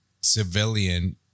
civilian